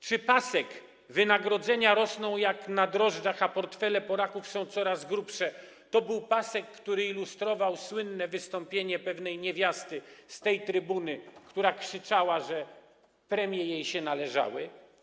Czy pasek: Wynagrodzenia rosną jak na drożdżach, a portfele Polaków są coraz grubsze - to był pasek, który ilustrował słynne wystąpienie pewnej niewiasty z tej trybuny, która krzyczała, że premie jej się należały?